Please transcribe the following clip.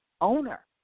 owner